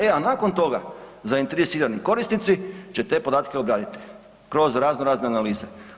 E nakon toga zainteresirani korisnici će te podatke obraditi kroz raznorazne analize.